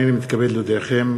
הנני מתכבד להודיעכם,